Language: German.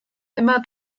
immer